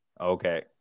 Okay